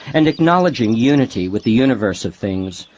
and acknowledging unity with the universe of things,